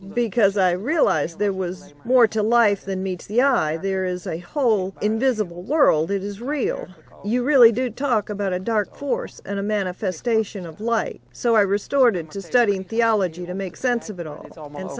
because i realized there was more to life than meets the eye there is a whole invisible world it is real you really do talk about a dark force and a manifestation of like so i restored into studying theology to make sense of it all and